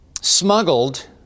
smuggled